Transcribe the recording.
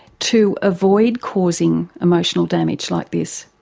to avoid causing emotional damage like this?